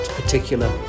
particular